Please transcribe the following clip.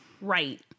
Right